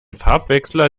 farbwechsler